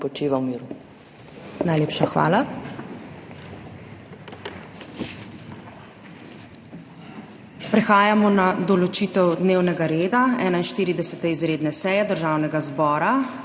počiva v miru! Najlepša hvala. Prehajamo na **določitev dnevnega reda** 41. izredne seje Državnega zbora.